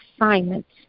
assignments